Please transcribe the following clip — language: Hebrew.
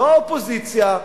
לא האופוזיציה,